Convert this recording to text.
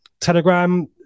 Telegram